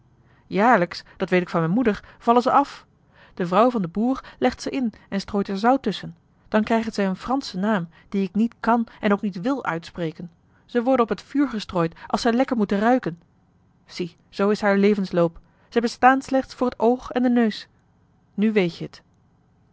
jaarlijks dat weet ik van mijn moeder vallen zij af de vrouw van den boer legt ze in en strooit er zout tusschen dan krijgen zij een franschen naam die ik niet kan en ook niet wil uitspreken zij worden op het vuur gestrooid als zij lekker moeten ruiken zie zoo is haar levensloop zij bestaan slechts voor het oog en den neus nu weet je het